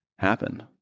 happen